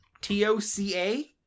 T-O-C-A